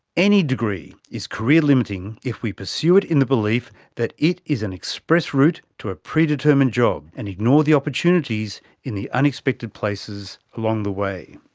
any degree is career limiting if we pursue it in the belief that it is an express route to a predetermined job, and ignore the opportunities in the unexpected places along the way.